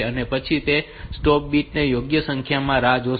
અને પછી તે સ્ટોપ બિટ્સ ની યોગ્ય સંખ્યાની રાહ જોશે